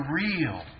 real